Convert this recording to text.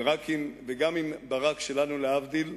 וגם אם ברק שלנו, להבדיל,